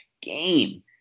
game